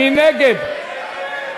מי נגד?